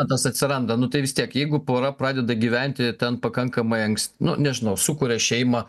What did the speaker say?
tas atsiranda nu tai vis tiek jeigu pora pradeda gyventi ten pakankamai anks nu nežinau sukuria šeimą